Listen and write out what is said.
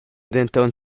denton